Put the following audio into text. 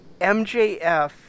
MJF